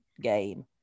game